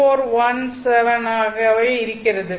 2417 ஆக இருக்கிறது